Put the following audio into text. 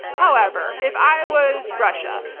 however, if i was russia,